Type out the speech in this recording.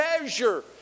measure